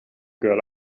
girl